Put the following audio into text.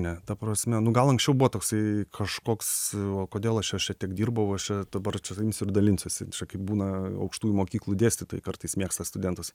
ne ta prasme nu gal anksčiau buvo toksai kažkoks o kodėl aš aš čia tiek dirbau aš dabar čia imsiu ir dalinsiuosi čia kaip būna aukštųjų mokyklų dėstytojai kartais mėgsta studentus